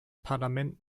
parlament